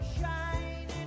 Shining